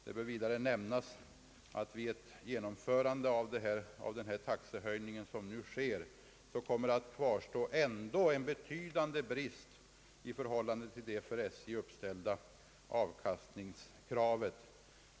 Det bör vidare nämnas att vid genomförandet av den taxehöjning som nu sker kommer det ändå att kvarstå en betydande brist i förhållande till det för SJ uppställda avkastningskravet.